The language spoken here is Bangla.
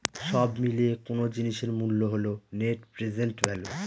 সব মিলিয়ে কোনো জিনিসের মূল্য হল নেট প্রেসেন্ট ভ্যালু